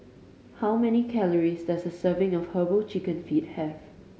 how many calories does a serving of Herbal Chicken Feet have